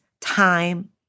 time